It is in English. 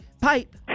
pipe